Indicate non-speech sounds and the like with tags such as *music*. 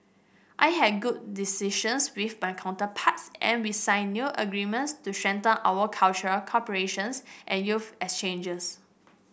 I had good decisions with my counterparts and we signed new agreements to strengthen our cultural cooperation *unintelligible* and youth exchanges